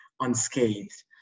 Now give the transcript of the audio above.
unscathed